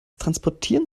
transportieren